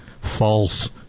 False